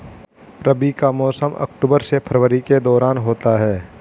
रबी का मौसम अक्टूबर से फरवरी के दौरान होता है